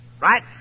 right